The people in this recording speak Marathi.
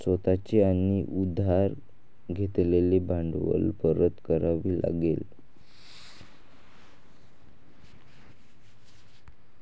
स्वतः चे आणि उधार घेतलेले भांडवल परत करावे लागेल